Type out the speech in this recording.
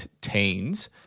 teens